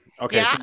Okay